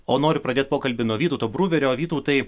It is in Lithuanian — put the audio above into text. o noriu pradėt pokalbį nuo vytauto bruverio vytautai